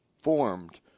formed